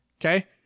okay